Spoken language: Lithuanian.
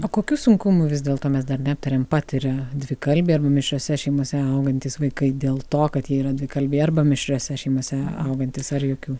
o kokių sunkumų vis dėl to mes dar neaptarėm patiria dvikalbiai ar mišriose šeimose augantys vaikai dėl to kad jie yra dvikalbiai arba mišriose šeimose augantys ar jokių